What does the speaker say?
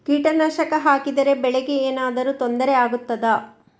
ಕೀಟನಾಶಕ ಹಾಕಿದರೆ ಬೆಳೆಗೆ ಏನಾದರೂ ತೊಂದರೆ ಆಗುತ್ತದಾ?